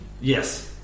Yes